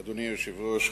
אדוני היושב-ראש,